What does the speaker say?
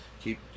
keep